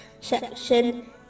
section